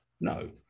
No